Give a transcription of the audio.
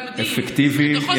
אפקטיביים.